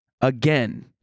again